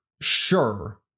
sure